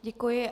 Děkuji.